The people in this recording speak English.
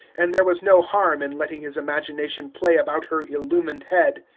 and there was no harm in letting his imagination play about her illumined head.